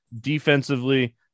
defensively